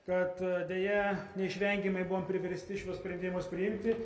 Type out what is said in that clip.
kad deja neišvengiamai buvom priversti šituos sprendimus priimti